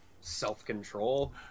self-control